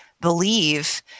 believe